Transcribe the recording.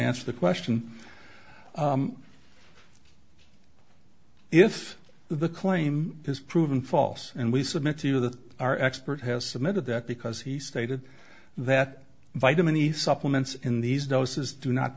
answer the question if the claim is proven false and we submit to you that our expert has submitted that because he stated that vitamin e supplements in these doses do not